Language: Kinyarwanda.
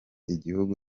igihugu